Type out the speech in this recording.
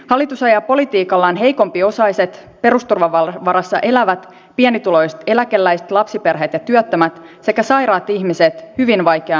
hallitus ajaa politiikallaan heikompiosaiset perusturvan varassa elävät pienituloiset eläkeläiset lapsiperheet ja työttömät sekä sairaat ihmiset hyvin vaikeaan asemaan